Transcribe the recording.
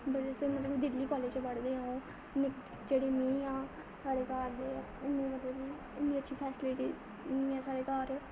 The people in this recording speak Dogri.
बड़े स्हेई मतलब दिल्ली कॉलेज च पढ़दे ओह् जेह्ड़ी में आं साढ़े घर दे मतलब की इ'न्नी अच्छी फैसिलिटी निं ऐ साढ़े घर